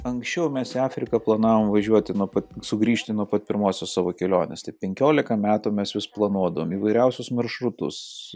anksčiau mes į afriką planavom važiuoti nuo pat sugrįžti nuo pat pirmosios savo kelionės penkiolika metų mes vis planuodavom įvairiausius maršrutus